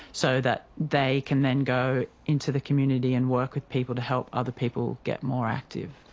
so that they can then go into the community and work with people to help other people get more active.